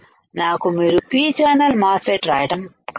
నాకు మీరుP channel MOSFET రాయటం కావాలి